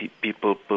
people